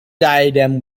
diadem